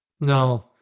No